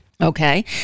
Okay